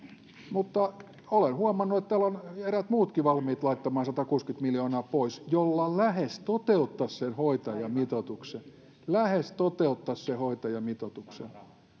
mutta olen huomannut että täällä ovat eräät muutkin valmiit laittamaan pois satakuusikymmentä miljoonaa millä lähes toteuttaisi sen hoitajamitoituksen lähes toteuttaisi sen hoitajamitoituksen